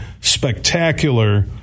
spectacular